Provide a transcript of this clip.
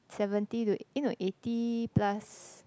seventy to eh no eighty plus